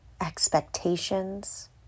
expectations